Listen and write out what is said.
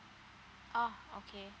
oh okay